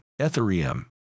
Ethereum